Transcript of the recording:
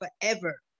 forever